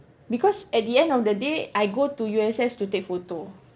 because at the end of the day I go to U_S_S to take photo